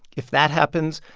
if that happens,